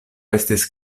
estis